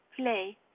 play